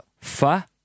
fa